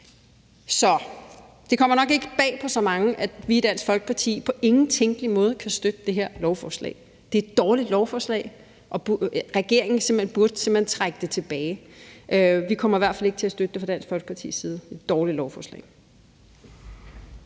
Så det kommer nok ikke bag på så mange, at vi i Dansk Folkeparti på ingen tænkelig måde kan støtte det her lovforslag. Det er et dårligt lovforslag, og regeringen burde simpelt hen trække det tilbage. Vi kommer i hvert fald ikke til at støtte det fra Dansk Folkepartis side, for det er et dårligt lovforslag.